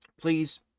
please